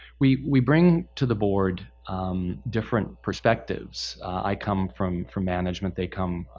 we we bring to the board different perspectives. i come from from management. they come.